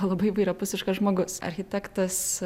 labai įvairiapusiškas žmogus architektas